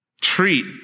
treat